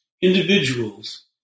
individuals